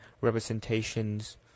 representations